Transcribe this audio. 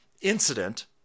incident